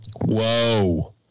Whoa